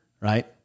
right